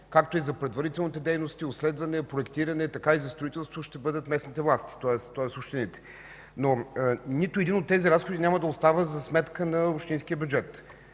както и за предварителните дейности – обследване, проектиране, така и за строителството ще бъдат местните власти, тоест общините. Но нито един от тези разходи няма да остава за сметка на общинския бюджет.